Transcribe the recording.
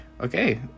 okay